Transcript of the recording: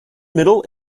middle